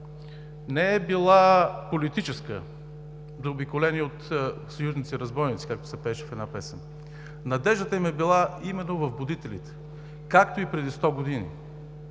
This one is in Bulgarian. не е била политическа, заобиколени от съюзници-разбойници, както се пееше в една песен. Надеждата им е била именно в будителите, както и преди сто години.